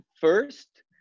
first